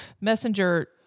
messenger